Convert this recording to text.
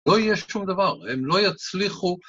לא יהיה שום דבר, הם לא יצליחו...